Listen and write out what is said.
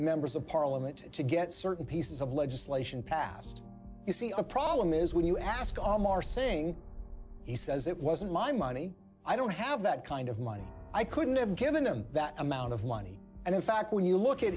members of parliament to get certain pieces of legislation passed you see a problem is when you are saying he says it wasn't my money i don't have that kind of money i couldn't have given him that amount of money and in fact when you look at